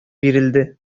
бирелде